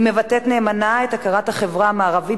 היא מבטאת נאמנה את הכרת החברה המערבית